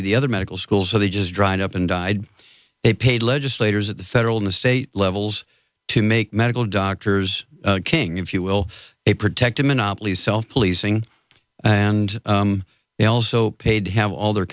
to the other medical schools so they just dried up and died they paid legislators at the federal and state levels to make medical doctors king if you will a protected monopoly self policing and they also paid to have all their